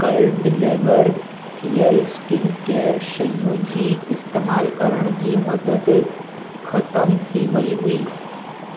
कल डिलीवर थियल skin care शयूं जी इस्तेमालु करण जी मदद ख़तमु थी वई हुई